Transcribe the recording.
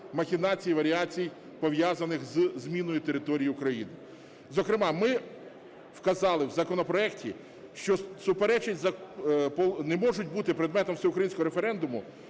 махінацій, варіацій, пов'язаних зі зміною території України. Зокрема, ми вказали в законопроекті, що суперечить… не можуть бути предметом всеукраїнського референдуму